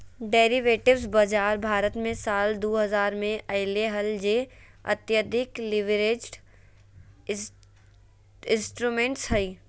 derivatives बाजार भारत मे साल दु हजार मे अइले हल जे अत्यधिक लीवरेज्ड इंस्ट्रूमेंट्स हइ